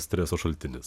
streso šaltinis